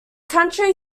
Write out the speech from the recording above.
county